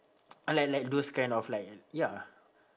like like those kind of like ya